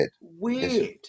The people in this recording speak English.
weird